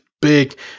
big